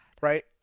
right